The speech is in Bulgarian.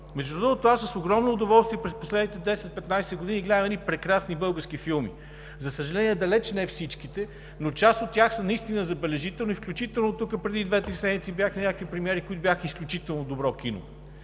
Между другото аз с огромно удоволствие през последните 10 – 15 години гледам едни прекрасни български филми. За съжаление, далеч не всичките, но част от тях са наистина забележителни, включително тук преди две-три седмици бяха някакви премиери, които бяха изключително добро кино.